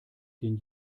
den